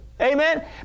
Amen